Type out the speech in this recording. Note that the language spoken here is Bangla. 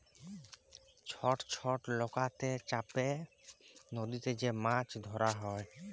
ছট ছট লকাতে চাপে লদীতে যে মাছ ধরা হ্যয়